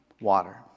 water